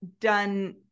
done